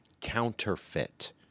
counterfeit